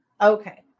Okay